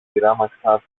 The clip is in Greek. χειράμαξα